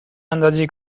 اندازه